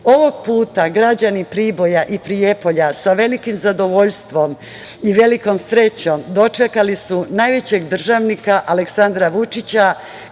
Ovog puta građani Priboja i Prijepolja sa velikim zadovoljstvom i velikom srećom dočekali su najvećeg državnika Aleksandra Vučića,